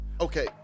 okay